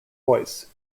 boyce